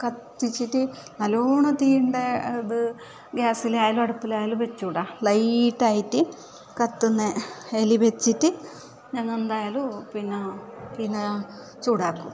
കത്തിച്ചിട്ട് നല്ലോണം തീയുണ്ടാക്കി ഇത് ഗ്യാസിലായാലും അടുപ്പിലായാലും വെച്ചു കൂടാ ലൈറ്റായിട്ട് കത്തുന്ന അതിൽ വെച്ചിട്ട് ഞങ്ങൾ എന്തായാലും പിന്നെ പിന്നെ ചൂടാക്കും